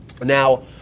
now